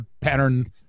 pattern